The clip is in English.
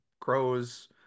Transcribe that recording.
crows